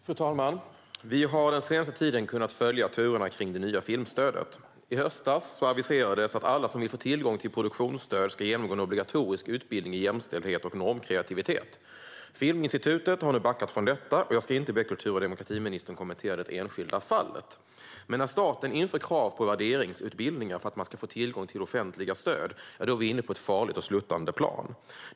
Fru talman! Vi har den senaste tiden kunnat följa turerna kring det nya filmstödet. I höstas aviserades det att alla som vill få tillgång till produktionsstöd ska genomgå en obligatorisk utbildning i jämställdhet och normkreativitet. Filminstitutet har nu backat från detta, och jag ska inte be kultur och demokratiministern kommentera det enskilda fallet. Men när staten inför krav på värderingsutbildningar för att man ska få tillgång till offentliga stöd är vi inne på ett farligt och sluttande plan.